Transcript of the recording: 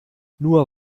nur